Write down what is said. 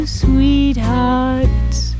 sweethearts